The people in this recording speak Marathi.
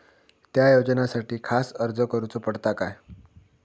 त्या योजनासाठी खास अर्ज करूचो पडता काय?